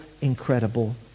incredible